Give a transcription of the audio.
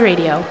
Radio